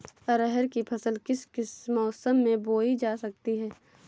अरहर की फसल किस किस मौसम में बोई जा सकती है?